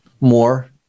more